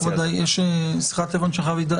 יש לי שיחת טלפון שאני חייב לענות.